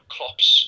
Klopp's